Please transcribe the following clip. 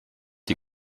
die